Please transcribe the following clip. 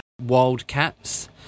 Wildcats